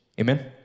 Amen